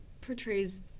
portrays